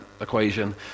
equation